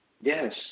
yes